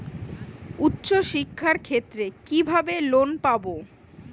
উচ্চশিক্ষার ক্ষেত্রে কিভাবে লোন পাব?